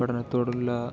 പഠനത്തോടുള്ള